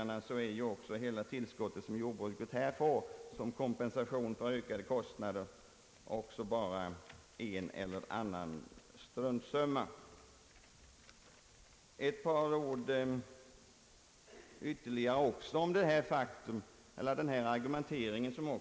Sedan återkommer jag till kostnadsansvarighetsprincipen.